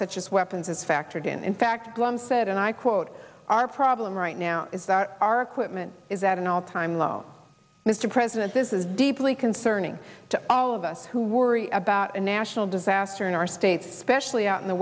such as weapons is factored in in fact glom said and i quote our problem right now is that our equipment is at an all time low mr president this is deeply concerning to all of us who worry about a national disaster in our states especially out in the